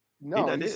No